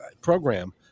program